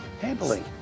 Handling